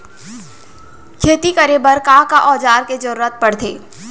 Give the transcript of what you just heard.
खेती करे बर का का औज़ार के जरूरत पढ़थे?